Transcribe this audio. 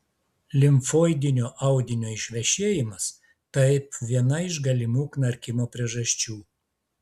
limfoidinio audinio išvešėjimas taip viena iš galimų knarkimo priežasčių